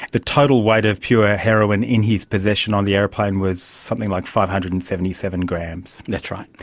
the total weight of pure heroin in his possession on the aeroplane was something like five hundred and seventy seven grams. that's right.